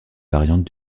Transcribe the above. variantes